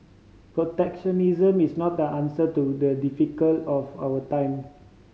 protectionism is not the answer to the difficult of our time